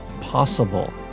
Possible